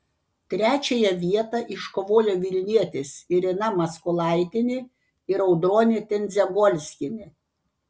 trečiąją vietą iškovojo vilnietės irena maskolaitienė ir audronė tendzegolskienė